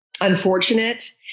unfortunate